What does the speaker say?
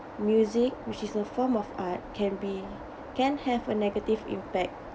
music which is a form of art can be can have a negative impact